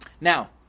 now